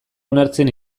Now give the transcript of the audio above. onartzen